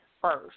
first